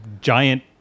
giant